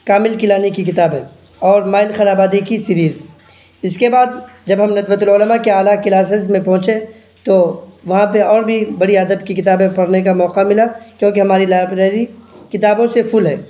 کامل کیلانی کی کتابیں اور مائل خیرآبادی کی سیریز اس کے بعد جب ہم ندوۃ العلما کے اعلیٰ کلاسز میں پہنچے تو وہاں پہ اور بھی بڑی ادب کی کتابیں پڑھنے کا موقع ملا کیونکہ ہماری لائبریری کتابوں سے فل ہے